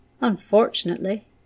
Unfortunately